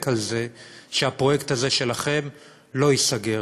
על זה שהפרויקט הזה שלכם לא ייסגר,